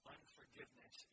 Unforgiveness